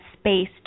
space